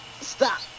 Stop